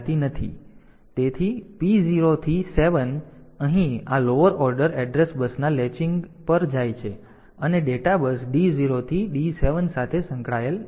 તેથી P 0 થી 7 અહીં આ લોઅર ઓર્ડર એડ્રેસ બસના લેચિંગના લેચિંગ પર જાય છે અને ડેટા બસ D0 થી D7 સાથે જોડાયેલ છે